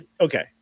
Okay